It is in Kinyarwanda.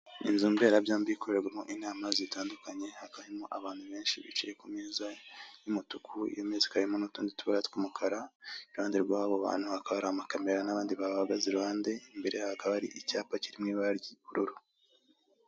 Inzu mberabyombi ikorerwamo inama zitandukanye hakaba harimo abantu benshi bicaye ku meza y'umutuku iyo meza ikaba irimo nutundi tubara tw'umukara iruhande rwabo bantu hakaba hari amacamera nabandi babahagaze iruhande imbere yabo hakaba hari icyapa kiri mw'ibara ry'ubururu.